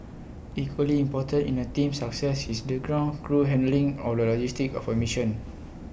equally important in A team's success is the ground crew handling of logistics of A mission